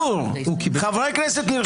גור, חברי הכנסת נרשמו לדיון ולא יכולים לדבר?